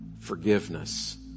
forgiveness